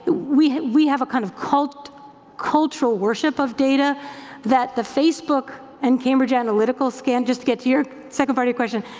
we we have a kind of cultural cultural worship of data that the facebook and cambridge analytica-l scan, just to get to your second part of your question,